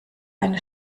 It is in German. eine